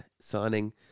signing